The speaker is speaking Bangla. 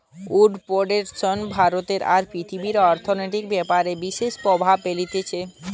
উড প্রোডাক্শন ভারতে আর পৃথিবীর অর্থনৈতিক ব্যাপারে বিশেষ প্রভাব ফেলতিছে